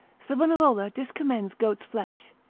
savanarola discommends goat's flesh,